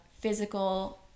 physical